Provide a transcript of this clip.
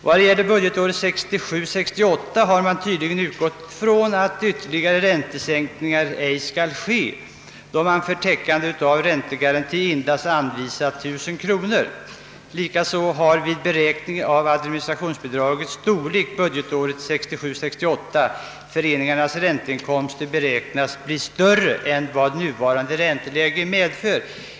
Vad gäller budgetåret 1967 68 föreningarnas ränteinkomster beräknats bli större än vad nuvarande ränteläge medför.